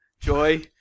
joy